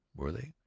were they?